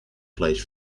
vlees